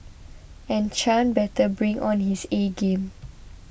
and Chan better bring on his A game